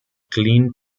clean